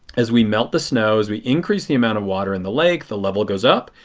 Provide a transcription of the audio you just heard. as we melt the snow. as we increase the amount of water in the lake, the level goes up.